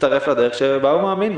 מצטרף לדרך שבה הוא מאמין,